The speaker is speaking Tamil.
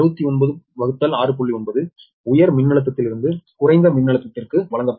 9 உயர் மின்னழுத்தத்திலிருந்து குறைந்த மின்னழுத்தத்திற்கு வழங்கப்பட்டது